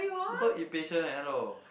you so impatient leh hello